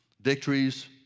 victories